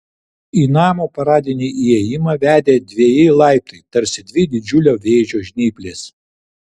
į namo paradinį įėjimą vedė dveji laiptai tarsi dvi didžiulio vėžio žnyplės